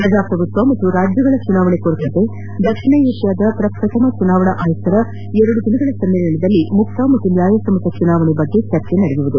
ಪ್ರಜಾಪ್ರಭುತ್ವ ಮತ್ತು ರಾಜ್ಯಗಳ ಚುನಾವಣೆ ಕುರಿತಂತೆ ದಕ್ಷಿಣ ಏಷ್ಯಾದ ಪ್ರಪ್ರಥಮ ಚುನಾವಣಾ ಆಯುಕ್ತರ ಎರಡು ದಿನಗಳ ಸಮ್ಮೇಳನದಲ್ಲಿ ಮುಕ್ತ ಹಾಗೂ ನ್ಯಾಯಸಮ್ಮತ ಚುನಾವಣೆ ನಡೆಸುವ ಬಗ್ಗೆ ಚರ್ಚೆ ನಡೆಯಲಿದೆ